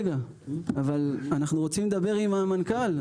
אנחנו רוצים לדבר עם המנכ"ל,